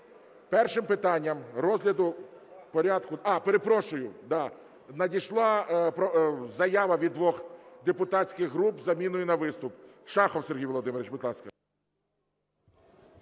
Першим питанням розгляду порядку.... А, перепрошую, надійшла заява від двох депутатських груп із заміною на виступ. Шахов Сергій Володимирович, будь ласка.